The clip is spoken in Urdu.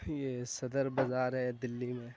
یہ صدر بازار ہے دلی میں